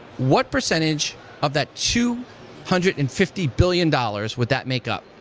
what percentage of that two hundred and fifty billion dollars would that make up?